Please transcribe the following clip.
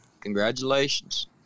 congratulations